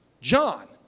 John